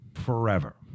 Forever